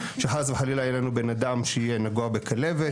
שחס וחלילה יהיה לנו בן אדם שיהיה נגוע בכלבת.